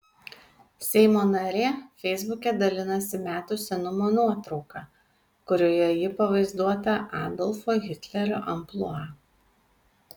seimo narė feisbuke dalinasi metų senumo nuotrauka kurioje ji pavaizduota adolfo hitlerio amplua